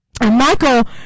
Michael